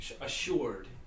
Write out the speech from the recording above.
assured